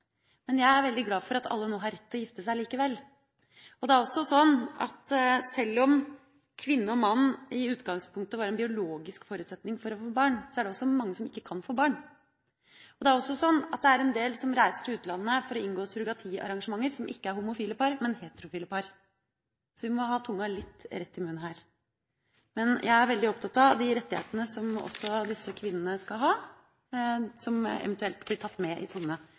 gifte seg likevel. Selv om en kvinne og en mann i utgangspunktet er en biologisk forutsetning for å få barn, er det også mange som ikke kan få barn. Det er også en del som reiser til utlandet for å inngå surrogatiarrangementer, som ikke er homofile par, men heterofile par. Så vi må holde tunga rett i munnen. Jeg er veldig opptatt av rettighetene som også disse kvinnene – som eventuelt blir tatt med i